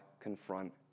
confront